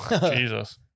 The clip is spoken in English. Jesus